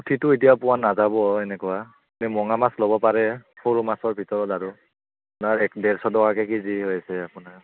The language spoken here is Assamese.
পুঠিটো এতিয়া পোৱা নাযাব এনেকুৱা যে মোৱা মাছ ল'ব পাৰে সৰু মাছৰ ভিতৰত আৰু আপোনাৰ এক ডেৰশ টকাকে কেজি হৈ আছে আপোনাৰ